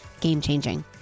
game-changing